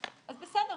אז בסדר,